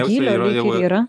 gylio lyg ir yra